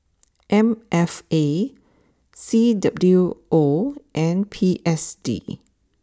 M F A C W O and P S D